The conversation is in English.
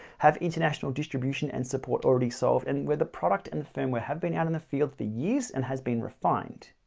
have international distribution, and support already solved and where the product and the firmware have been out in the field for the years and has been refined.